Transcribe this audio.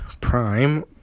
Prime